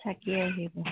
থাকি আহিব